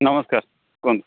ନମସ୍କାର କୁହନ୍ତୁ